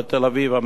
המחאה החברתית.